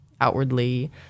outwardly